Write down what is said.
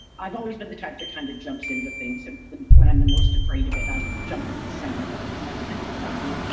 i've always been the type to kind of jumps into things and when i'm the most afraid of it i jumped into the center of it and that's kind of what i did,